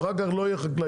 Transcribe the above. אחר כך לא יהיו חקלאים.